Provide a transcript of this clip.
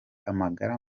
amagara